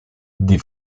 die